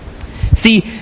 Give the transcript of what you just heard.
See